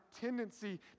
tendency